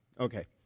Okay